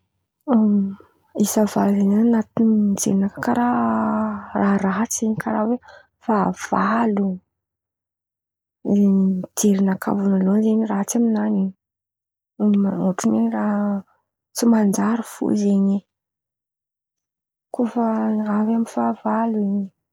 Isa valo ndraiky zen̈y an̈aty jerinakà raha ratsy zen̈y karàha oe fahavalo, jerinakà vônaloan̈y zen̈y ratsy aminany in̈y, amy ôhatra ny oe raha tsy manjary fo zen̈y, kô fa raha zen̈y faha valo.